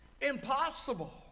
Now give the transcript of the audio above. impossible